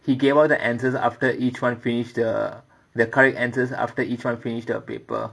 he gave out the answers after each one finish the the correct answers after each one finish the paper